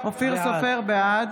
בעד